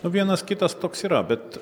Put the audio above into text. nu vienas kitas toks yra bet